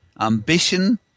ambition